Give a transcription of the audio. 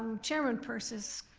um chairman persis,